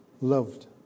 loved